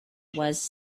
was